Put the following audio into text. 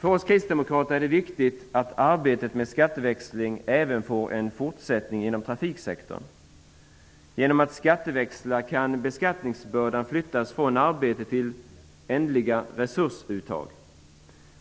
För oss kristdemokrater är det viktigt att arbetet med skatteväxling får en fortsättning även inom trafiksektorn. Genom att skatteväxla kan beskattningsbördan flyttas från arbete till ändliga resursuttag.